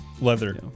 leather